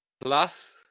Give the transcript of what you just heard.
Plus